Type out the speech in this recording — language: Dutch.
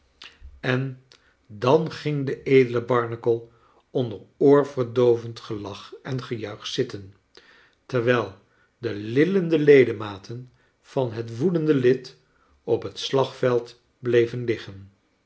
en dan ging de edele barnacle onder oorverdoovend gelach en gejuich zitten terwijl de lillende ledematen van het woedende lid op het slagveld bleven liggen